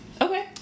Okay